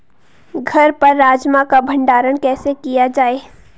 घर पर राजमा का भण्डारण कैसे किया जाय?